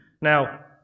Now